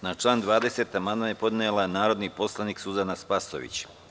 Na član 20. amandman je podnela narodna poslanica Suzana Spasojević.